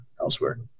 elsewhere